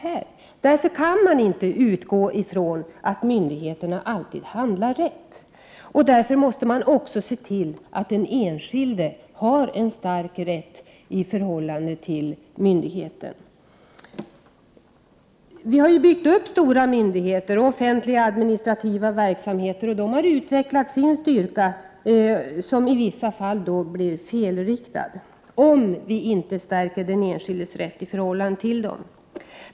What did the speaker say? Av den anledningen kan man inte utgå ifrån att myndigheter alltid handlar rätt, och därför måste man se till att den enskilde har en stark rätt i förhållande till myndigheter. Det har byggts upp stora myndigheter och omfattande offentliga administrativa verksamheter, vilka har utvecklat sin styrka som — om vi inte stärker den enskildes rätt — i vissa fall används i fel riktning.